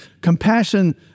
Compassion